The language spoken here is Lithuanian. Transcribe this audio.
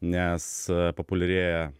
nes populiarėja